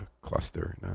cluster